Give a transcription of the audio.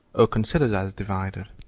or considered as divided.